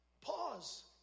Pause